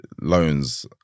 loans